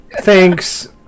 Thanks